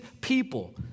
people